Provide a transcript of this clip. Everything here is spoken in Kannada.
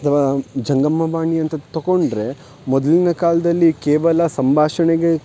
ಅಥವಾ ಜಂಗಮವಾಣಿ ಅಂತ ತಕೊಂಡರೆ ಮೊದಲಿನ ಕಾಲದಲ್ಲಿ ಕೇವಲ ಸಂಭಾಷಣೆಗೆ